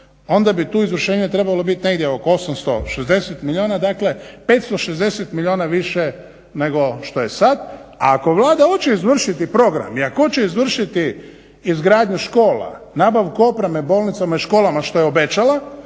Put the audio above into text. onda bi tu izvršenje trebalo biti negdje oko 860 milijuna. Dakle 560 milijuna više nego što je sad, a ako Vlada hoće izvršiti program i ako hoće izvršiti izgradnju škola, nabavku opreme bolnicama i školama što je obećala,